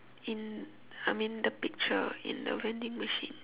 in I mean the picture in the vending machine